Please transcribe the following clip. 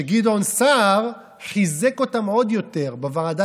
שגדעון סער חיזק אותם עוד יותר בוועדה